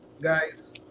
guys